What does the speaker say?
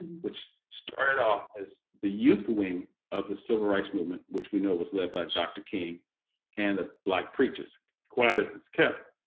which started off as the youth wing of the civil rights movement which we know was led by dr king and the black preachers quiet as it's kept,